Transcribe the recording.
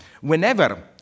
whenever